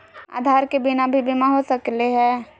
आधार के बिना भी बीमा हो सकले है?